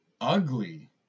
Ugly